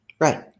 Right